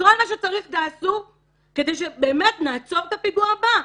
כל מה שצריך תעשו כדי שבאמת נעצור את הפיגוע הבא.